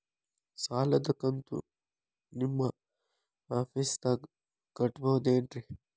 ಸಾಲದ ಕಂತು ನಿಮ್ಮ ಆಫೇಸ್ದಾಗ ಕಟ್ಟಬಹುದೇನ್ರಿ?